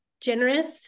generous